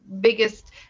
biggest